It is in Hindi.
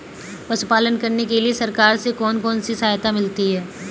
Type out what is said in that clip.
पशु पालन करने के लिए सरकार से कौन कौन सी सहायता मिलती है